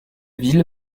ville